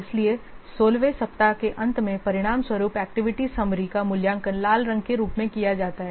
इसलिए 16 वें सप्ताह के अंत में परिणामस्वरूप एक्टिविटी समरी का मूल्यांकन लाल रंग के रूप में किया जाता है